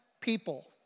people